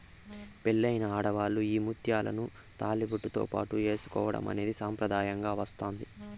పెళ్ళైన ఆడవాళ్ళు ఈ ముత్యాలను తాళిబొట్టుతో పాటు ఏసుకోవడం అనేది సాంప్రదాయంగా వస్తాంది